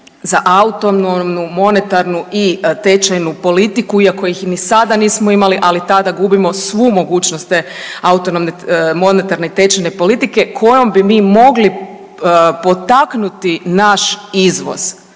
za autonomnu, monetarnu i tečajnu politiku iako ih ni sada nismo imali, ali tada gubimo svu mogućnost te autonomne, monetarne i tečajne politike kojom bi mi mogli potaknuti naš izvoz.